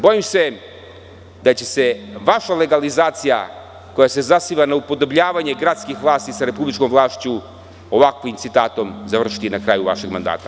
Bojim se da će se vaša legalizacija koja se zasniva na upodobljavanje gradskih vlasti sa republičkom vlašću i ovakvim citatom završiti na kraju vašeg mandata.